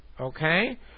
Okay